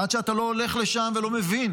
עד שאתה לא הולך לשם אתה לא מבין